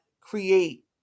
create